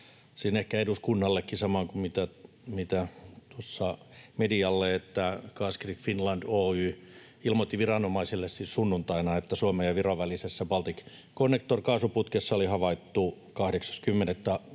ehkä eduskunnallekin saman kuin medialle, että Gasgrid Finland Oy ilmoitti viranomaisille sunnuntaina, että Suomen ja Viron välisessä Balticconnector-kaasuputkessa oli havaittu 8.10.,